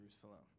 Jerusalem